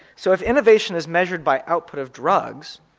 so if innovation is measured by output of drugs,